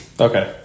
Okay